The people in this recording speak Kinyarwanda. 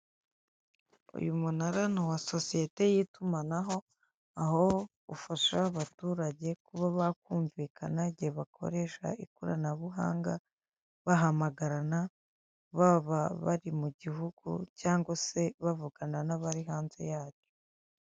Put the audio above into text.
Uyumunara nuwa sosiyete yitumanaho aho ufasha abaturage kuba bakumvikana igihe bakoresha ikoranabuhanga bahamagarana baba bari mugihugu cyangwa se bavugana nabari hanze yacyo.